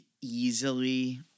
easily